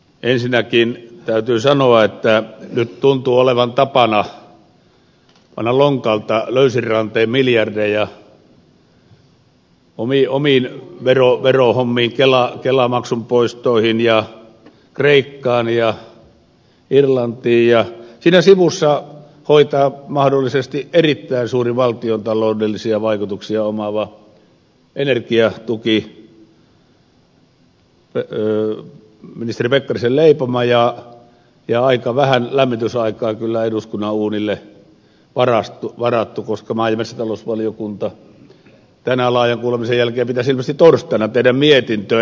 ensinnäkin täytyy sanoa että nyt tuntuu olevan tapana panna lonkalta löysin rantein miljardeja omiin verohommiin kelamaksun poistoihin ja kreikkaan ja irlantiin ja siinä sivussa hoitaa mahdollisesti erittäin suuri valtiontaloudellisia vaikutuksia omaava energiatuki ministeri pekkarisen leipoma ja aika vähän lämmitysaikaa kyllä on eduskunnan uunille varattu koska maa ja metsätalousvaliokunnan tänään laajan kuulemisen jälkeen pitäisi ilmeisesti torstaina tehdä mietintö